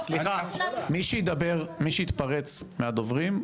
מי שיתפרץ מהדוברים,